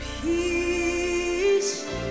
peace